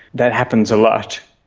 that happens a lot.